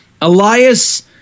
Elias